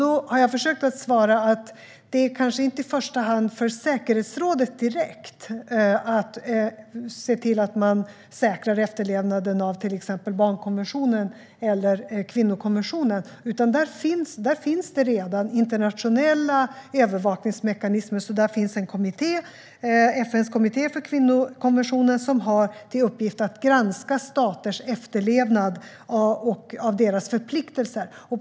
Då har jag försökt att svara att det kanske inte i första hand är säkerhetsrådet direkt som ska se till att säkra efterlevnaden av till exempel barnkonventionen eller kvinnokonventionen. Det finns redan internationella övervakningsmekanismer för detta och FN:s kommitté för kvinnokonventionen, som har till uppgift att granska staters efterlevnad av förpliktelserna.